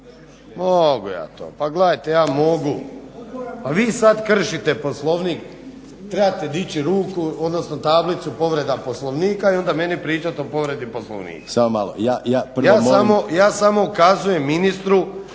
mogu ja to. pa gledajte ja mogu. Pa i sada kršite Poslovnik, trebate dići ruku odnosno tablicu povreda Poslovnika i onda meni pričati o povredi Poslovnika. Ja samo ukazujem ministru